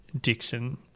Dixon